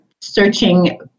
searching